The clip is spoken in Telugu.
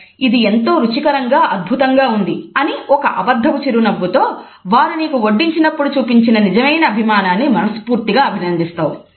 "ఇది ఎంతో రుచికరంగా అద్భుతంగా ఉంది" అని ఒక అబద్ధపు చిరునవ్వుతో వారు నీకు వడ్డించినపుడు చూపిన నిజమైన అభిమానాన్ని మనస్ఫూర్తిగా అభినందిస్తావు